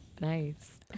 Nice